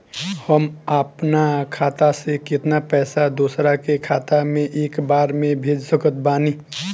हम अपना खाता से केतना पैसा दोसरा के खाता मे एक बार मे भेज सकत बानी?